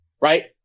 right